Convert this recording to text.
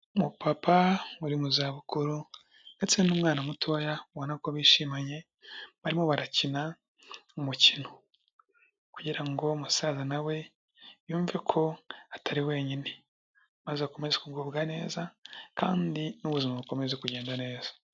Umupapa uri mu zabukuru ndetse n'umwana mutoya ubona ko bishimanye barimo barakina umukino kugira ngo umusaza na we yumve ko atari wenyine, maze akomeze kugubwa neza kandi n'ubuzima bukomeze kugenda neza.